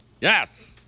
Yes